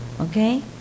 Okay